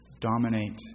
dominate